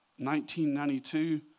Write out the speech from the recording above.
1992